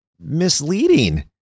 misleading